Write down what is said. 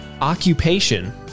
Occupation